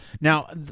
Now